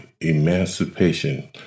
emancipation